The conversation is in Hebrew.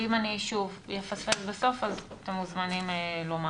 ואם, שוב, אני אפספס בסוף, אתם מוזמנים לומר.